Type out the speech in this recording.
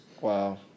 Wow